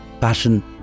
Passion